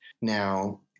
Now